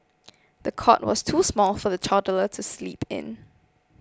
the cot was too small for the toddler to sleep in